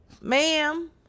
Ma'am